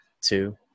two